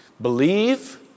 Believe